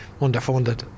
underfunded